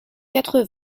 quatre